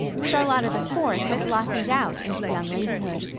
charlotta the fourth had blossomed out into young ladyhood.